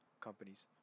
companies